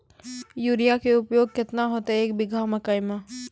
Urea के उपयोग केतना होइतै, एक बीघा मकई मे?